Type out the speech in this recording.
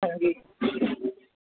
ਹਾਂਜੀ